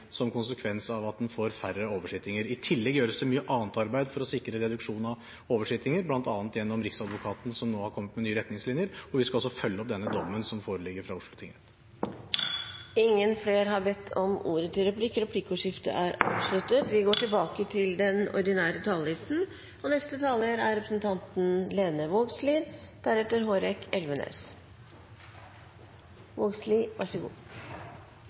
som en konsekvens av at en får færre oversittinger. I tillegg gjøres det mye annet arbeid for å sikre reduksjon i antall oversittinger, bl.a. gjennom Riksadvokaten, som nå har kommet med nye retningslinjer. Vi skal også følge opp den dommen som foreligger fra Oslo tingrett. Replikkordskiftet er omme. Eg vil òg takke saksordføraren for arbeidet og samarbeidet med dei andre partia i denne saka. Det er